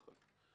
כן.